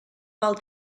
val